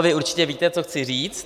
Vy určitě víte, co chci říct.